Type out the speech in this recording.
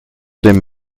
dem